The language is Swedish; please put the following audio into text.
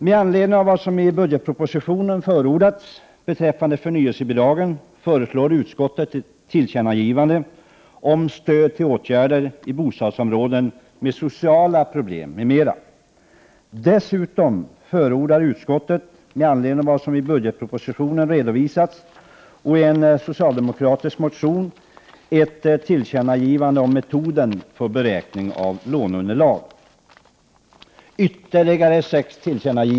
Med anledning av vad som i budgetpropositionen förordats beträffande förnyelsebidragen föreslår utskottet ett tillkännagivande om stöd till åtgärder i bostadsområden med sociala problem m.m. Dessutom förordar utskottet, med anledning av vad som i budgetpropositionen redovisas och i en socialdemokratisk motion förordas, ett tillkännagivande om metoden för beräkning av låneunderlag.